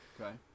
Okay